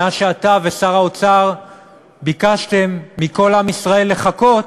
מאז שאתה ושר האוצר ביקשתם מכל עם ישראל לחכות